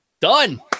Done